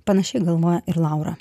panašiai galvoja ir laura